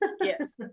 yes